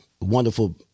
Wonderful